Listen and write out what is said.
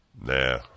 Nah